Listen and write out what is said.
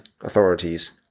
authorities